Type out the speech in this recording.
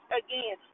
again